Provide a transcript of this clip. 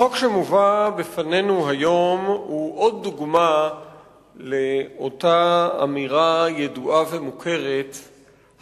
החוק שמובא בפנינו היום הוא עוד דוגמה לאותה אמירה ידועה ומוכרת,